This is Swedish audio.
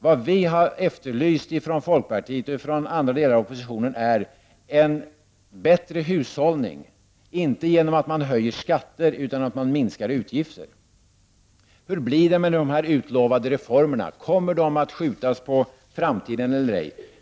Vad vi från folkpartiet och från andra delar av oppositionen har efterlyst är en bättre hushållning, inte genom att man höjer skatter utan genom att man minskar utgifter. Hur blir det med de utlovade reformerna? Kommer de att skjutas på framtiden eller ej?